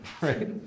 right